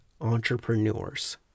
entrepreneurs